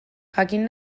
jakin